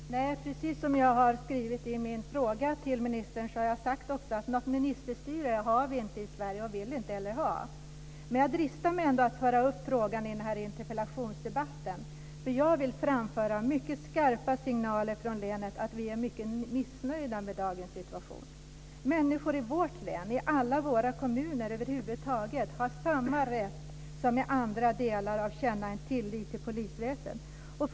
Fru talman! Nej, precis som jag har skrivit i min interpellation till ministern har vi inte något ministerstyre i Sverige och vill inte heller ha det. Men jag dristar mig ändå att föra upp frågan i den här interpellationsdebatten, för jag vill framföra mycket skarpa signaler från länet om att vi är mycket missnöjda med dagens situation. Människor i vårt län, i alla våra kommuner över huvud taget, har samma rätt som andra att känna en tillit till polisväsendet.